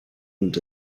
und